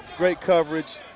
great coverage.